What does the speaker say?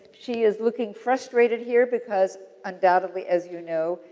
she is looking frustrated here because, undoubtedly, as you know,